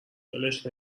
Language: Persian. ولش